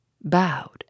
bowed